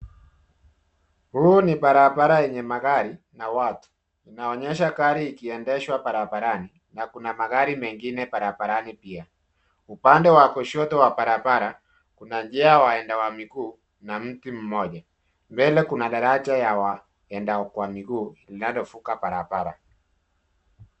Huu ni barabara yenye magari na watu, inaonyesha gari ikiendeshwa barabarani na kuna magari mengine barabarani pia. Upande wa kushoto wa barabara, kuna njia ya waenda kwa miguu na mti mmoja. Mbele kuna daraja ya waenda kwa miguu linalovuka barabara.